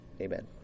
Amen